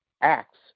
acts